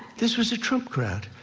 this was a trump crowd.